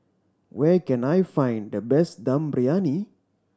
where can I find the best Dum Briyani